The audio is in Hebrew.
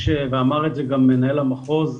ואמר את זה גם מנהל המחוז,